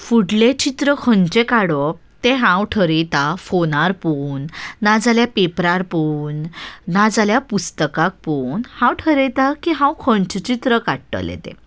फुडलें चित्र खंयचें काडप तें हांव ठरयतां फोनार पळोवन नाजाल्यार पेपरार पळोवन नाजाल्यार पुस्तकाक पळोवन हांव ठरयतां की हांव खंयचें चित्र काडटलें तें